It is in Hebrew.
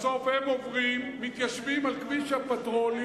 בסוף הם עוברים, מתיישבים על כביש הפטרולים,